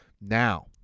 Now